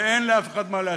ואין לאף אחד מה להסתיר.